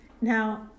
Now